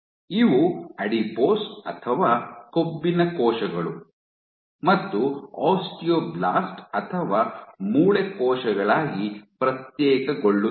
ಇವು ಅಡಿಪೋಸ್ ಅಥವಾ ಕೊಬ್ಬಿನ ಕೋಶಗಳು ಮತ್ತು ಆಸ್ಟಿಯೋಬ್ಲಾಸ್ಟ್ ಅಥವಾ ಮೂಳೆ ಕೋಶಗಳಾಗಿ ಪ್ರತ್ಯೇಕಗೊಳ್ಳುತ್ತವೆ